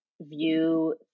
view